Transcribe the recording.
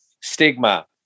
stigma